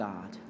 God